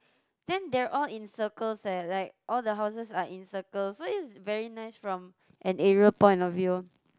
then there're all in circles eh like all the houses are in circle is very nice from an aerial point of view